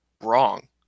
wrong